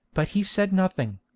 but he said nothing.